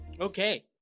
Okay